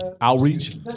Outreach